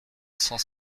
cent